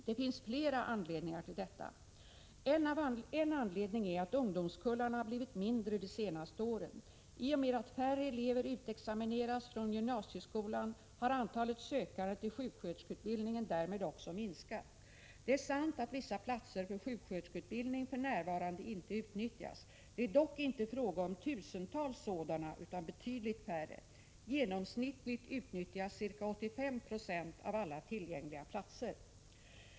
Det finns flera anledningar till detta. En anledning är att ungdomskullarna har blivit mindre de senaste åren. I och med att färre elever utexamineras från gymnasieskolan har antalet sökande till sjuksköterskeutbildningen därmed också minskat. Det är sant att vissa platser för sjuksköterskeutbildning för närvarande inte utnyttjas. Det är dock inte fråga om tusentals sådana utan betydligt färre. Genomsnittligt utnyttjas cirka 85 20 av tillgängliga platser.